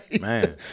Man